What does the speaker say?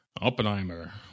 Oppenheimer